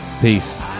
Peace